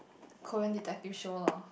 Korean detective show lor